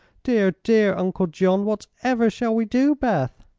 dear, dear uncle john! whatever shall we do, beth?